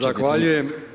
Zahvaljujem.